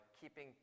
keeping